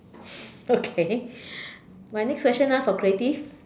okay my next question ah for creative